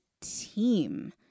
team